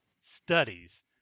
studies